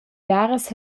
biaras